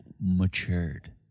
matured